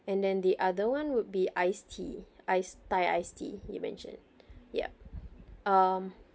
and then the other one would be iced tea iced thai ice tea you mentioned yup um